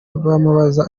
bamubaza